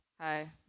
Hi